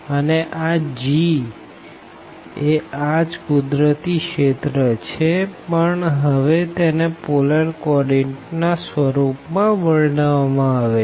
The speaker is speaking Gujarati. અને આ G એ આ જ કુદરતી રિજિયન છે પણ હવે તેને પોલર કો ઓર્ડીનેટ ના સ્વરૂપ માં વર્ણવવામાં આવે છે